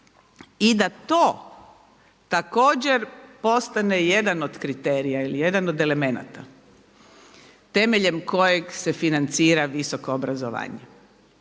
I da to također postane jedan od kriterija ili jedan od elemenata temeljem kojeg se financira visoko obrazovanje.